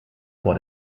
vor